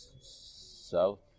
south